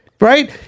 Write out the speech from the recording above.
Right